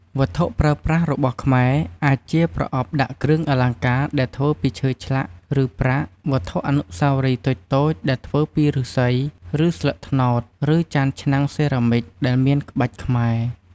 វត្ថុប្រើប្រាស់របស់ខ្មែរ អាចជា ប្រអប់ដាក់គ្រឿងអលង្ការដែលធ្វើពីឈើឆ្លាក់ ឬប្រាក់ វត្ថុអនុស្សាវរីយ៍តូចៗដែលធ្វើពីឫស្សី ឬស្លឹកត្នោត ឬ ចានឆ្នាំងសេរ៉ាមិច ដែលមានក្បាច់ខ្មែរ។